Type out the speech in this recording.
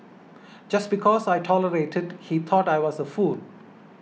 just because I tolerated he thought I was a fool